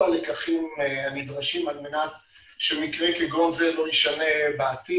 הלקחים הנדרשים על מנת שמקרה כגון זה לא ישנה בעתיד.